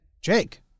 Jake